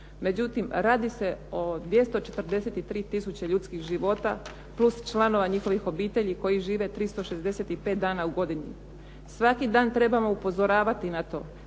međutim radi se o 243 tisuće ljudskih života plus članova njihovih obitelji koji žive 365 dana u godini. Svaki dan trebamo upozoravati na to